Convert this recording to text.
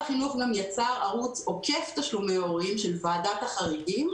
משרד החינוך יצר גם ערוץ עוקף תשלומי הורים של ועדת החריגים,